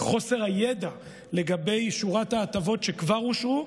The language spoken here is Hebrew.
חוסר הידע לגבי שורת ההטבות שכבר אושרו,